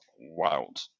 wild